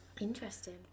Interesting